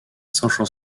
social